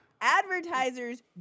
advertisers